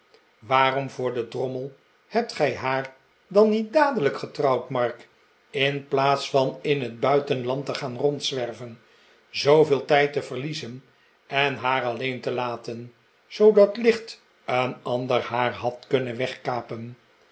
waarom voor den drommel hebt gij haar dan niet dadelijk getrouwd mark in plaats van in het buitenland te gaan rondzwerven zooveel tijd te verliezen en haar alleen te laten zoodat licht een ander haar had kunnen